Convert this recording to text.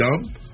dumb